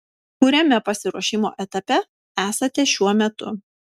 kuriame pasiruošimo etape esate šiuo metu